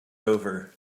over